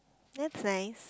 that's nice